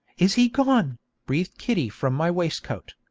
is he gone breathed kitty from my waistcoat.